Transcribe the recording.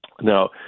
Now